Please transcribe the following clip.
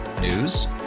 News